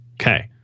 Okay